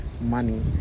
money